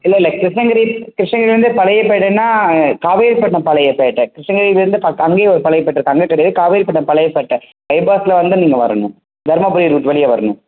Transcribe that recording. இல்லை இல்லை கிருஷ்ணகிரி கிருஷ்ணகிரியில் இருந்து பழையப் பேட்டைன்னா காவேரிப்பட்டினம் பழையப் பேட்டே கிருஷ்ணகிரிலேருந்து ப அங்கேயும் ஒரு பழையப் பேட்டை இருக்குது அங்கே கிடையாது காவேரிப்பட்டினம் பழையப் பேட்டை பைப்பாஸ்ஸில் வந்து நீங்கள் வரணும் தர்மபுரி ரூட் வழியா வரணும்